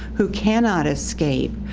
who cannot escape,